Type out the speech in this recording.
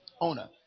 Owner